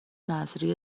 نذریه